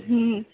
হুম